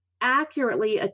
accurately